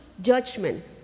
judgment